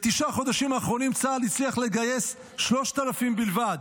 בתשעת החודשים האחרונים צה"ל הצליח לגייס 3,000 בלבד.